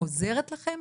עוזרת לכם,